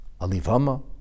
Alivama